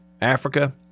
Africa